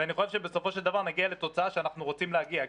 ואני חושב שבסופו של דבר נגיע לתוצאה שאנחנו רוצים להגיע כי